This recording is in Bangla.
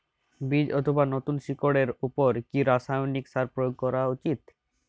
বীজ অথবা নতুন শিকড় এর উপর কি রাসায়ানিক সার প্রয়োগ করা উচিৎ?